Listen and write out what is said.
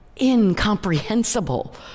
incomprehensible